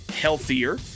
healthier